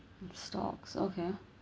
stocks okay